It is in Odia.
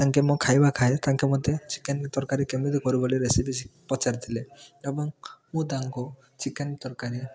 ତାଙ୍କେ ମୋ ଖାଇବା ଖାଇ ତାଙ୍କେ ମୋତେ ଚିକେନ୍ ତରକାରୀ କେମିତି କରିବୁ ବୋଲି ରେସିପି ସିଏ ପଚାରିଥିଲେ ଏବଂ ମୁଁ ତାଙ୍କୁ ଚିକେନ୍ ତରକାରୀ